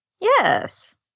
yes